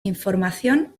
información